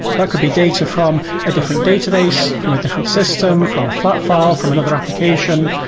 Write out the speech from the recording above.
that could be data from a different database, from a different system, from a flat file, from another application.